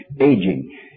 aging